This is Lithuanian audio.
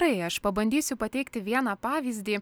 tai aš pabandysiu pateikti vieną pavyzdį